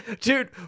Dude